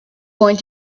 going